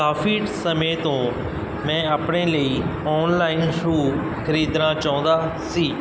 ਕਾਫੀ ਸਮੇਂ ਤੋਂ ਮੈਂ ਆਪਣੇ ਲਈ ਔਨਲਾਈਨ ਸ਼ੂਅ ਖਰੀਦਣਾ ਚਾਹੁੰਦਾ ਸੀ